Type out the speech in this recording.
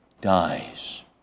dies